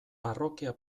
parrokia